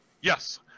yes